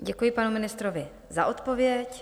Děkuji panu ministrovi za odpověď.